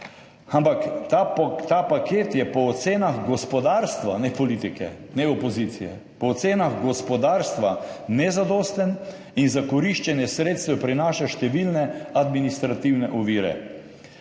ampak ta paket je po ocenah gospodarstva, ne politike, ne opozicije, po ocenah gospodarstva nezadosten in za koriščenje sredstev prinaša številne administrativne ovire.